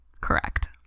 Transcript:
correct